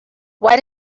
why